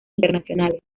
internacionales